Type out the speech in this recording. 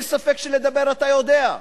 אין ספק שלדבר אתה יודע.